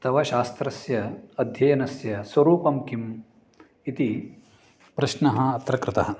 तवशास्त्रस्य अध्ययनस्य स्वरूपं किम् इति प्रश्नः अत्र कृतः